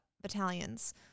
battalions